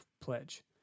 pledge